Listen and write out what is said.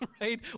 right